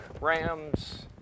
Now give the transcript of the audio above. Rams